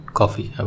coffee